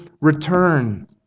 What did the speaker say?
return